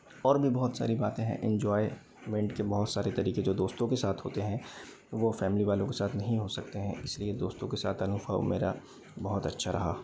और भी बहुत सारी बातें हैं एन्जॉयमेन्ट के बहुत सारे तरीके जो दोस्तों के साथ होते हैं वो फ़ैमिली वालों के साथ नहीं हो सकतें हैं इसलिए दोस्तों के साथ अनुभव मेरा बहुत अच्छा रहा